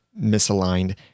misaligned